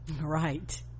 right